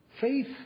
Faith